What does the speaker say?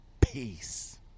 Peace